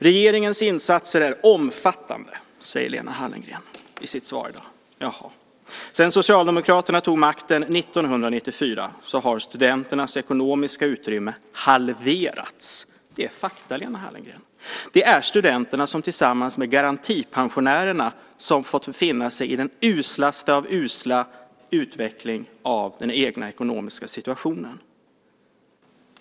Regeringens insatser är omfattande, säger Lena Hallengren i sitt svar. Sedan Socialdemokraterna tog makten 1994 har studenternas ekonomiska utrymme halverats. Det är fakta, Lena Hallengren. Studenterna har tillsammans med garantipensionärerna fått finna sig i den uslaste av usla utvecklingar av den egna ekonomiska situationen.